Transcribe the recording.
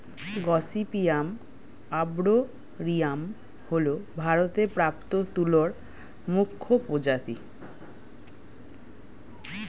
gossypium arboreum হল ভারতে প্রাপ্ত তুলোর মুখ্য প্রজাতি